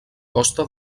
costa